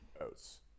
Oats